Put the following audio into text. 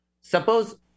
suppose